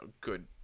good